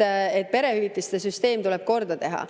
et perehüvitiste süsteem tuleb korda teha.